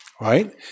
right